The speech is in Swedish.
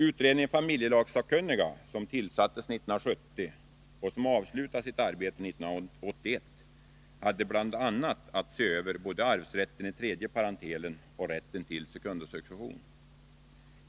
Utredningen familjelagssakkunniga, som tillsattes 1970 och avslutade sitt arbete 1981, hade bl.a. att se över både arvsrätten i tredje parentelen och rätten till sekundosuccession.